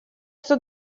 что